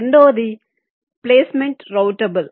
రెండవది placement routable